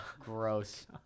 Gross